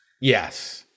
Yes